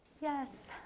Yes